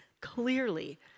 clearly